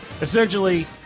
essentially